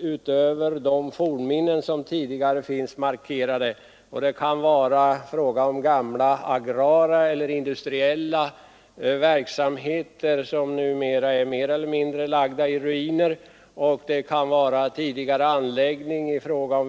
utöver de fornminnen som tidigare finns utmärkta. Det kan vara fråga om gamla agrara eller industriella verksamhetsplatser som nu är mer eller mindre lagda i ruiner, det kan röra sig om tidigare väganläggningar och liknande.